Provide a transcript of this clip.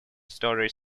story